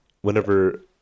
Whenever